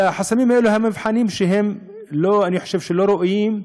והחסמים האלה הם מבחנים שאני חושב שהם לא ראויים,